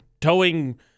towing